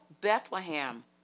Bethlehem